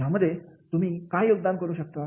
यामध्ये तुम्ही काय योगदान करू शकता